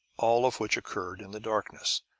all of which occurred in the darkness,